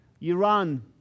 Iran